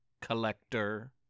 collector